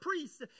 priests